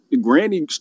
Granny